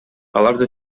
аларды